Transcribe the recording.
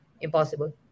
impossible